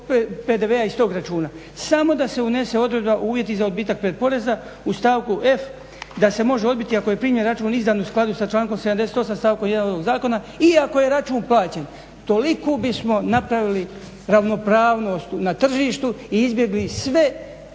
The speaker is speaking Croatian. PDV-a iz tog računa, samo da se unese odredba uvjeti za odbitak pretporeza u stavku f da se može odbiti ako je primjer račun izdan u skladu sa člankom 78.stavkom 1.ovog zakona iako je račun plaćen. Toliku bismo napravili ravnopravnost na tržištu i izbjegli sve